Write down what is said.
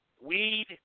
weed